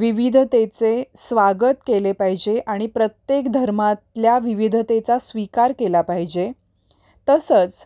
विविधतेचे स्वागत केले पाहिजे आणि प्रत्येक धर्मातल्या विविधतेचा स्वीकार केला पाहिजे तसंच